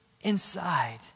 inside